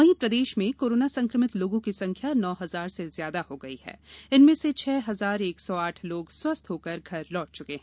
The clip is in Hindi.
वहीं प्रदेश में कोरोना संक्रमित लोगों की संख्या नौ हजार से ज्यादा हो गई है वहीं इनमें से छह हजार एक सौ आठ लोग स्वस्थ्य होकर घर लौट चुके हैं